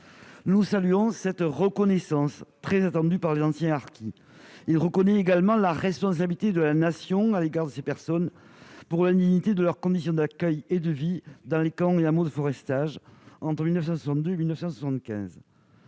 Nous saluons cette reconnaissance, très attendue par les anciens harkis. L'article reconnaît également la responsabilité de la Nation à l'égard de ces personnes pour l'indignité de leurs conditions d'accueil et de vie dans les camps et hameaux de forestage, entre 1962 et 1975.